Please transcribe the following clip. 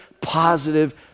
positive